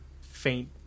faint